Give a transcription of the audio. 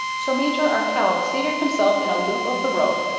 so major arkell seated himself in a loop of the rope,